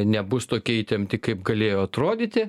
nebus tokie įtempti kaip galėjo atrodyti